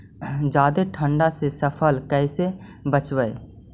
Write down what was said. जादे ठंडा से फसल कैसे बचइबै?